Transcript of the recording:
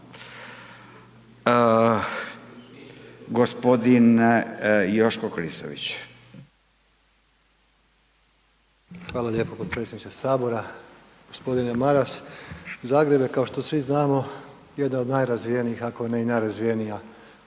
**Klisović, Joško (SDP)** Hvala lijepo potpredsjedniče Sabora. Gospodine Maras, Zagreb je kao što svi znamo jedna od nerazvijenijih ako ne i najrazvijenije